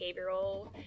behavioral